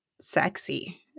sexy